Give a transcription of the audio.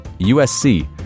usc